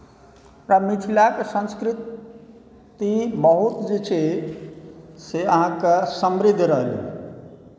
तऽ मिथिलाके संस्कृति बहुत जे छै से अहाँकेँ समृद्ध रहलै